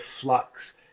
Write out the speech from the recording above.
flux